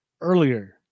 earlier